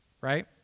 right